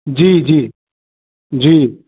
जी जी जी